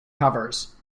covers